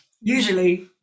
Usually